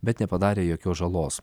bet nepadarė jokios žalos